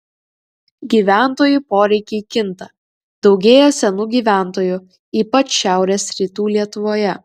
gyventojų poreikiai kinta daugėja senų gyventojų ypač šiaurės rytų lietuvoje